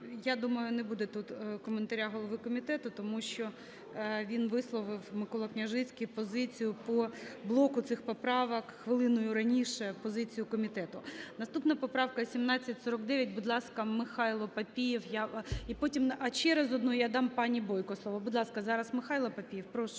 Я думаю, не буде тут коментаря голови комітету, тому що він висловив, Микола Княжицький, позицію по блоку цих поправок хвилиною раніше, позицію комітету. Наступна поправка 1749. Будь ласка, Михайло Папієв. А потім… А через одну я дам пані Бойко слово. Будь ласка, зараз Михайло Папієв. Прошу